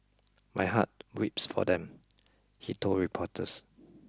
my heart weeps for them he told reporters